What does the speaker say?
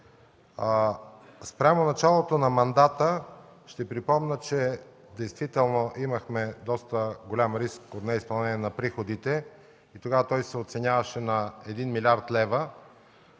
Спрямо началото на мандата ще припомня, че действително имахме доста голям риск от неизпълнение на приходите и тогава той се оценяваше на 1 млрд. лв.